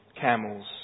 camels